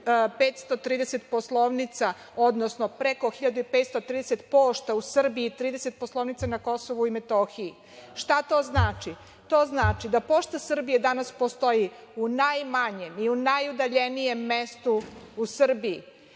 1.530 poslovnica, odnosno preko 1.530 pošta u Srbiji i 30 poslovnica na KiM.Šta to znači? To znači da Pošta Srbije danas postoji u najmanjem i u najudaljenijem mestu u Srbiji.